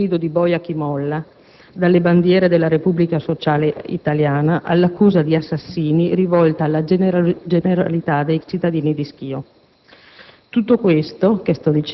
dal saluto romano al grido «boia chi molla», dalle bandiere della Repubblica sociale italiana, all'accusa di assassini rivolta alla generalità dei cittadini di Schio.